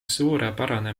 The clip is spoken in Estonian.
suurepärane